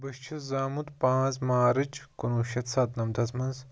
بہٕ چھُس زامُت پأنٛژ مارٕچ کُنوُہ شیٚتھ سَتہٕ نمتس منٛز